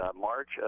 march